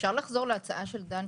אפשר לחזור להצעה של דן?